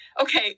Okay